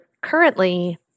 currently